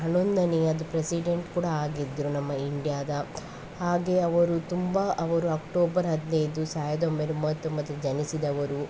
ಹನ್ನೊಂದನೆಯದು president ಕೂಡಾ ಆಗಿದ್ದರು ನಮ್ಮ ಇಂಡಿಯಾದ ಹಾಗೆ ಅವರು ತುಂಬ ಅವರು ಅಕ್ಟೋಬರ್ ಹದಿನೈದು ಸಾವಿರದ ಒಂಬೈನೂರ ಮೂವತ್ತೊಂಬತ್ತಲ್ಲಿ ಜನಿಸಿದವರು